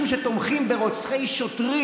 עולה לרגל אל אנשים שתומכים ברוצחי שוטרים.